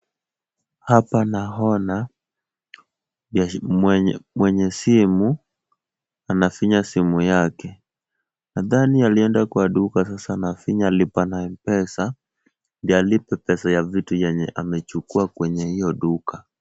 Hapa naona mwenye simu anafinya simu yake. Nadhani alienda kwa duka sasa anafinya lipa na M-Pesa, ndio alipe pesa ya vitu yenye amechukua kwenye hiyo duka.